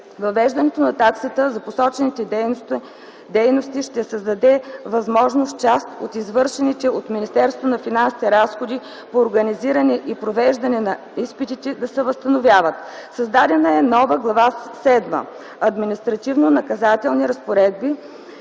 Въвеждането на таксата за посочените дейности ще създаде възможност част от извършените от Министерството на финансите разходи по организиране и провеждане на изпитите да се възстановяват. Създадена е нова Глава седма „Административнонаказателни разпоредби”,